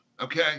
Okay